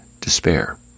despair